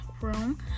room